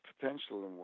potential